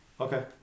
Okay